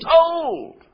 told